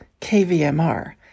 KVMR